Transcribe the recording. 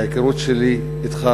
מההיכרות שלי אתך,